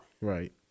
Right